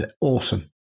Awesome